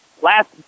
Last